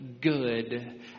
good